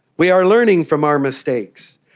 we are learning from our mistakes,